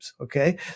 okay